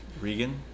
Regan